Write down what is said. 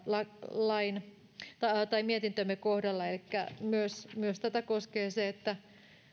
mietintömme kohdalla elikkä myös myös tätä koskee se että